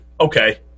Okay